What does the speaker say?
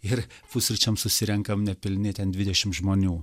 ir pusryčiams susirenkam nepilni ten dvidešim žmonių